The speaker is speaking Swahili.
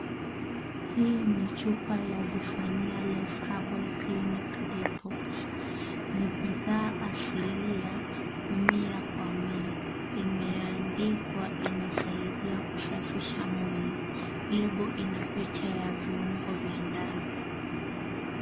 Hii ni chupa ya Zephania life Herbal Clinic Detox. Ni bidhaa asilia miaa kwa mia imeandikwa inaisaidia kusafisha mwili. Lebo ina picha ya viungo vya ndani.